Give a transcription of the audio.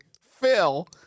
phil